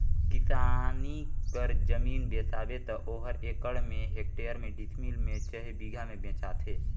किसानी कर जमीन बेसाबे त ओहर एकड़ में, हेक्टेयर में, डिसमिल में चहे बीघा में बेंचाथे